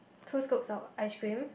two scoops of ice cream